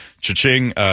Cha-ching